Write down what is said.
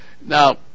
Now